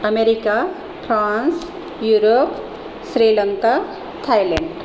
America France Europe Sri Lanka Thailand